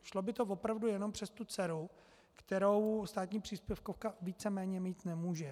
Šlo by to opravdu jenom přes tu dceru, kterou státní příspěvkovka víceméně mít nemůže.